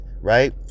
right